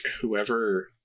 whoever